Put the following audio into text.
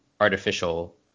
artificial